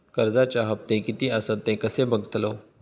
कर्जच्या हप्ते किती आसत ते कसे बगतलव?